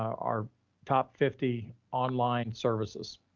our top fifty online services,